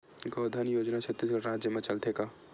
गौधन योजना छत्तीसगढ़ राज्य मा चलथे का?